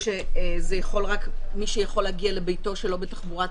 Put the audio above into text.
גם אני מבינה שזה יכול רק מי שיכול להגיע לביתו שלא בתחבורה הציבורית,